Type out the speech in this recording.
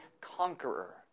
conqueror